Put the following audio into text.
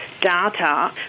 data